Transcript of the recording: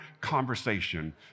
conversation